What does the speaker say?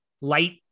light